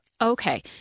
Okay